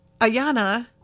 Ayana